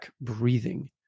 breathing